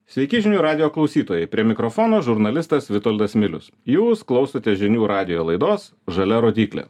sveiki žinių radijo klausytojai prie mikrofono žurnalistas vitoldas milius jūs klausote žinių radijo laidos žalia rodyklė